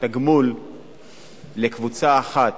תגמול לקבוצה אחת,